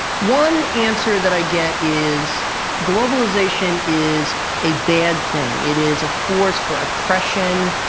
one answer that i get is globalization is a bad thing. it is a force for oppression,